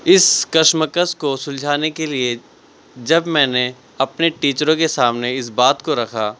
اس کشمکش کو سلجھانے کے لئے جب میں نے اپنے ٹیچروں کے سامنے اس بات کو رکھا